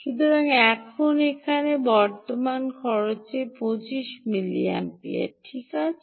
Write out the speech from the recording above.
সুতরাং এখন এখানে বর্তমান খরচ 25 মিলিঅ্যাম্পিয়ার ঠিক আছে